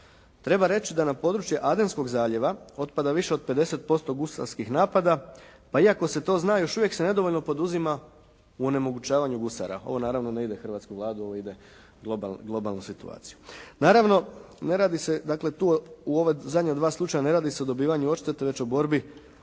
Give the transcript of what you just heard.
Treba reći da područje Adelskog zaljeva otpada više od 50% gusarskih napada pa iako se to zna još uvijek se nedovoljno poduzima u onemogućavanju gusara. Ovo naravno ne ide hrvatsku Vladu, ovo ide globalnu situaciju. Naravno ne radi se dakle tu u ova zadnja dva slučaja ne radi se o dobivanju odštete već o borbi